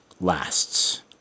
lasts